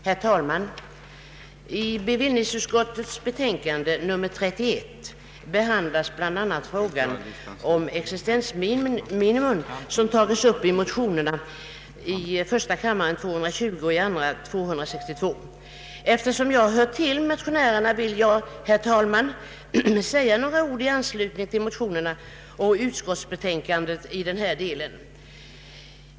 Herr talman! I bevillningsutskottets betänkande nr 31 behandlas bl.a. frågan om existensminimum, som tagits upp i motionerna I:220 och II: 262. Eftersom jag hör till motionärerna vill jag, herr talman, säga några ord i an slutning till motionerna och utskottsbetänkandet i den här delen.